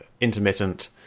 intermittent